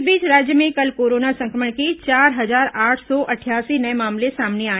इस बीच राज्य में कल कोरोना संक्रमण के चार हजार आठ सौ अट्ठयासी नये मामले सामने आए